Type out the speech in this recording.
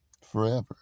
forever